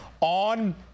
on